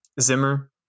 Zimmer